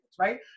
Right